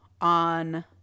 on